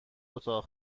اتاق